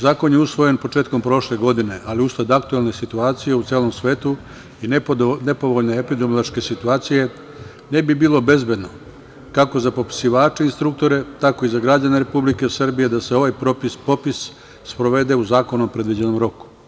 Zakon je usvojen početkom prošle godine, ali usled aktuelne situacije u celom svetu i nepovoljne epidemiološke situacije ne bi bilo bezbedno kako za popisivače instruktore, tako i za građane Republike Srbije da se ovaj popis sprovede u zakonom predviđenom roku.